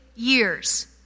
years